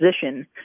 position